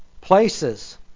Places